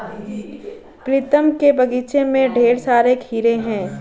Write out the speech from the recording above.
प्रीतम के बगीचे में ढेर सारे खीरे हैं